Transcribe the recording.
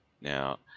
now